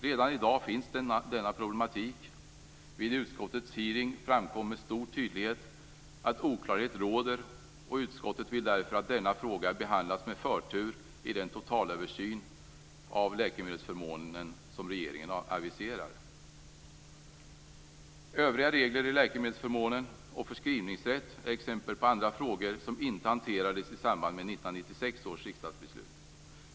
Redan i dag finns denna problematik. Vid utskottets hearing framkom med stor tydlighet att oklarhet råder. Utskottet vill därför att denna fråga behandlas med förtur i den totalöversyn av läkemedelsförmånen som regeringen aviserar. Övriga regler i läkemedelsförmånen och förskrivningsrätt är exempel på andra frågor som inte hanterades i samband med 1996 års riksdagsbeslut.